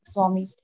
Swami